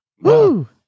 Woo